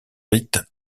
rites